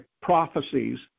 prophecies